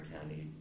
County